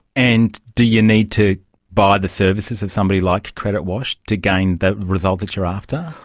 and do you need to buy the services of somebody like credit watch to gain the result that you are after?